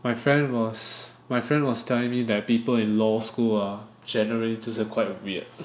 my friend was my friend was telling me that people in law school ah generally 就是 quite weird